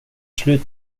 slut